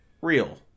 real